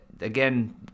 Again